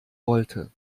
rollte